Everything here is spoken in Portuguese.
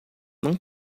não